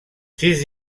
sis